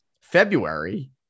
February